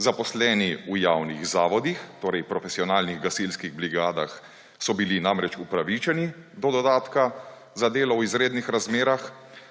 Zaposleni v javnih zavodih, torej v profesionalnih gasilskih brigadah, so bili namreč upravičeni do dodatka za delo v izrednih razmerah,